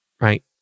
right